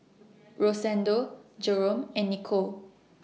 Rosendo Jerome and Nico